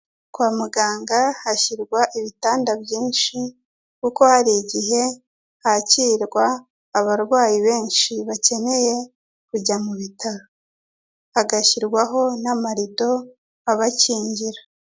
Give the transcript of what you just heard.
Kwa muganga hashyirwa ibitanda byinshi kuko hari igihe hakirwa abarwayi benshi bakeneye kujya mu bitaro, hagashyirwaho n'amarido abakingira.